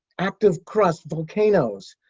active crust, volcanoes,